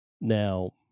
now